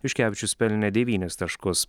juškevičius pelnė devynis taškus